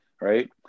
right